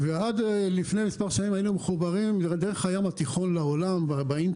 עד לפני כמה שנים היינו מחוברים דרך הים התיכון לאינטרנט.